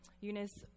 Eunice